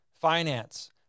finance